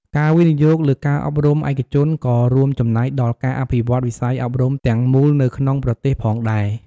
ការវិនិយោគលើការអប់រំឯកជនក៏រួមចំណែកដល់ការអភិវឌ្ឍវិស័យអប់រំទាំងមូលនៅក្នុងប្រទេសផងដែរ។